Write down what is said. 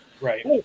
Right